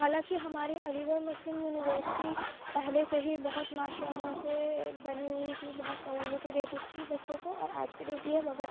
حالانکہ ہمارے علی گڑھ مسلم یونیورسٹی پہلے سے ہی بہت ماشاء اللہ سے بنی ہوئی تھی بہت سہولیتیں دیتی تھیں بچوں کو اور آج بھی دیتی ہے مگر